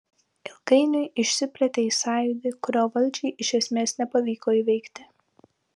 ilgainiui išsiplėtė į sąjūdį kurio valdžiai iš esmės nepavyko įveikti